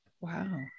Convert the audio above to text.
Wow